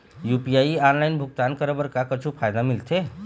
UPI online भुगतान करे बर का कुछू फायदा मिलथे?